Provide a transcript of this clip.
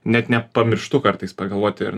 net nepamirštu kartais pagalvoti ir